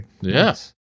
Yes